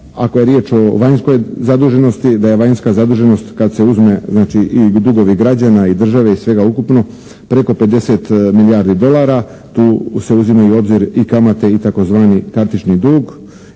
ako je riječ o vanjskoj zaduženosti, da je vanjska zaduženost kad se uzme i dugovi građana i države i svega ukupno preko 50 milijardi dolara, tu se uzimaju u obzir i kamate i tzv. kartični dug